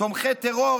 תומכי טרור.